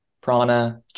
prana